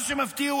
מה שמפתיע הוא